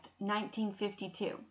1952